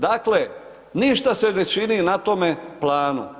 Dakle, ništa se ne čini na tome planu.